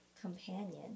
companion